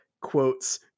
quotes